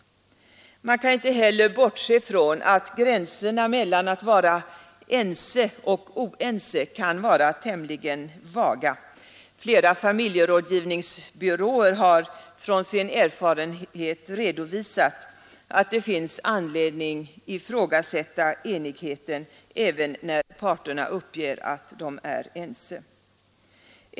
Man kan inte heller bortse från att gränserna mellan att vara ense och oense kan vara tämligen vaga. Flera familjerådgivningsbyråer har från sin erfarenhet redovisat att det finns anledning ifrågasätta enigheten även när parterna uppger att de är ense.